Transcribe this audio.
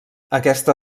aquesta